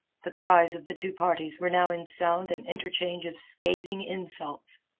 the cries of the two parties were now in sound an interchange of scathing insults.